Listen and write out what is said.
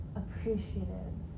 appreciative